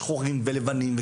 שחורים ולבנים,